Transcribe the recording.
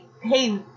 hey